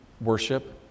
worship